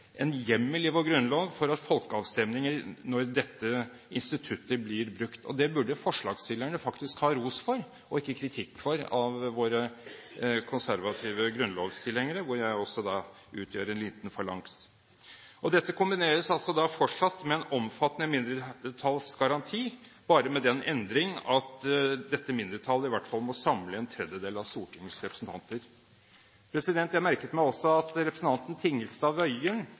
en hjemmel i vår grunnlov for folkeavstemninger når dette instituttet blir brukt. Det burde forslagsstillerne faktisk få ros for og ikke kritikk for av våre konservative grunnlovstilhengere, hvor jeg også utgjør en liten falanks. Dette kombineres fortsatt med en omfattende mindretallsgaranti, bare med den endring at dette mindretallet i hvert fall må samle en tredjedel av Stortingets representanter. Jeg merket meg også at representanten Tingelstad